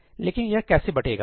लेकिन यह कैसे बटेगा